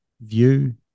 view